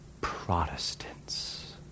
Protestants